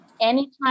anytime